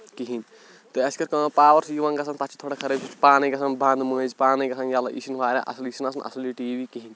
کِہیٖنۍ تہٕ اَسہِ کٔر کٲم پاوَر چھُ یِوان گژھان تَتھ چھِ تھوڑا خرٲبی پانَے گژھان بنٛد مٔنٛزۍ پانَے گژھان ییٚلہٕ یہِ چھِنہٕ واریاہ اَصٕل یہِ چھِنہٕ اَصٕل یہِ ٹی وی کِہیٖنۍ